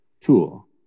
tool